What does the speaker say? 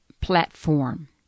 platform